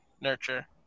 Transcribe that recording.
nurture